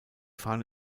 fahne